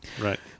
Right